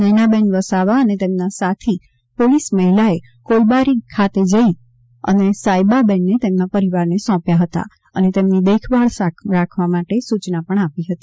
નયનાબેન વસાવા અને તેમના સાથી પોલીસ મહિલાએ કોલબારી ખાતે પોતે જાતે જઇને સાયબા બેનને તેમના પરિવારને સોંપ્યા હતા અને તેમની દેખભાળ રાખવા સૂચના આપી હતી